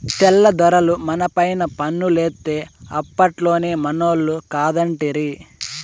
తెల్ల దొరలు మనపైన పన్నులేత్తే అప్పట్లోనే మనోళ్లు కాదంటిరి